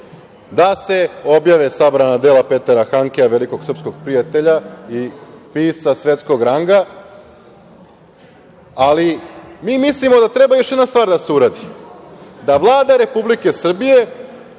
da se objave sabrana dela Petera Handkea, velikog srpskog prijatelja i pisca svetskog ranga, ali mi mislimo da treba još jedna stvar da se uradi, da Vlada Republike Srbije